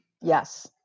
Yes